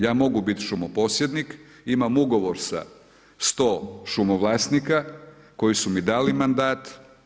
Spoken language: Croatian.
Ja mogu biti šumo posjednik, imam ugovor sa 100 šumovlasnika koji su mi dali mandat.